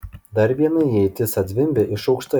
dar viena ietis atzvimbė iš aukštai